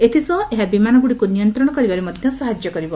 ଏଥିସହ ଏହା ବିମାନଗୁଡ଼ିକୁ ନିୟନ୍ତ୍ରଣ କରିବାରେ ମଧ୍ୟ ସାହାଯ୍ୟ କରିବ